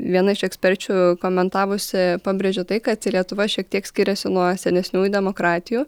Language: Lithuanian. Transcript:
viena iš eksperčių komentavusi pabrėžė tai kad lietuva šiek tiek skiriasi nuo senesniųjų demokratijų